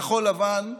כחול לבן,